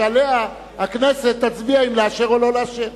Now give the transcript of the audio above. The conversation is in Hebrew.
שעליה הכנסת תצביע אם לאשר או לא לאשר.